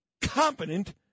competent